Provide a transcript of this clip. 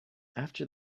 after